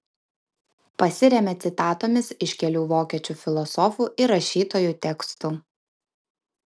pasiremia citatomis iš kelių vokiečių filosofų ir rašytojų tekstų